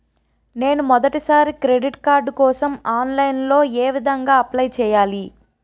నేను మొదటిసారి credit card కోసం ఆన్లైన్ లో ఏ విధంగా అప్లై చేయాలి?